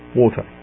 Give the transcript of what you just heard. water